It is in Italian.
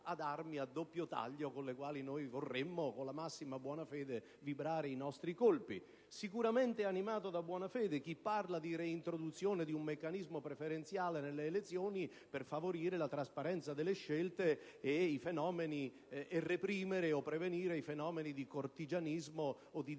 a doppio taglio con le quali noi vorremmo, con la massima buona fede, vibrare i nostri colpi. Ed è sicuramente animato da buona fede chi parla di reintroduzione di un meccanismo di espressione delle preferenze nelle elezioni per favorire la trasparenza delle scelte e per reprimere o prevenire fenomeni di cortigianeria o dittatura